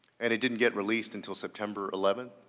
and it didn't get released until september eleventh?